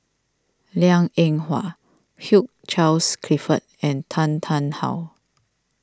Liang Eng Hwa Hugh Charles Clifford and Tan Tarn How